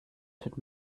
tut